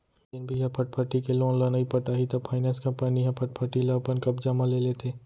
जेन भी ह फटफटी के लोन ल नइ पटाही त फायनेंस कंपनी ह फटफटी ल अपन कब्जा म ले लेथे